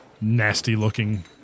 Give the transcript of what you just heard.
nasty-looking